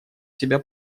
себя